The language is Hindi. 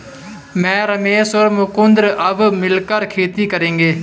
मैं, रमेश और मुकुंद अब मिलकर खेती करेंगे